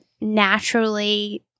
naturally